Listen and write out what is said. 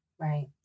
Right